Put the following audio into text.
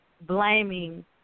blaming